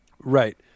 Right